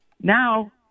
Now